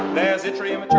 there's yttrium,